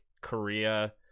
korea